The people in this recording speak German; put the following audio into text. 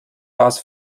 las